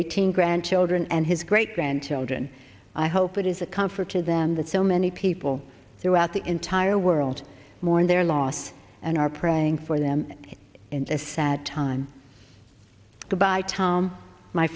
eighteen grandchildren and his great grandchildren i hope it is a comfort to them that so many people throughout the entire world mourn their loss and are praying for them and a sad time go by tom my